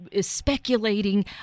speculating